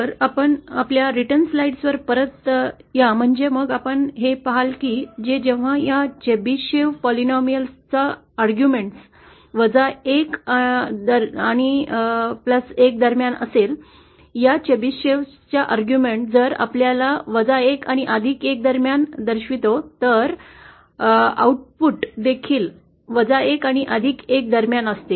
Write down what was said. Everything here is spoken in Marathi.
तर आपल्या लिखित स्लाइड्स वर परत या म्हणजे मग आपण हे पहाल की जेव्हा या चेबिसिव्ह बहुपदां चा युक्तिवाद वजा एक दरम्यान असेल तर या चेबिसिव्हचा युक्तिवाद जर आपल्याला वजा एक आणि अधिक एक दरम्यान दर्शवितो तर आउटपुट देखील वजा एक आणि एक एक दरम्यान असते